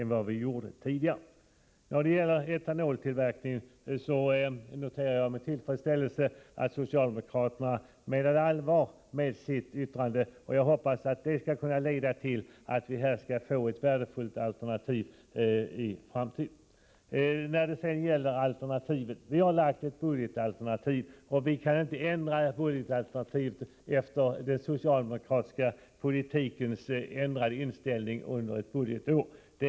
När det gäller etanoltillverkningen noterar jag med tillfredsställelse att socialdemokraterna menade allvar med sitt yttrande. Jag hoppas att det skall kunna leda till att vi i etanol skall få ett värdefullt alternativ i framtiden. Vi har lagt fram ett budgetalternativ, och det kan vi inte ändra efter den socialdemokratiska politikens ändrade inställning under ett budgetår.